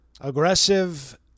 Aggressive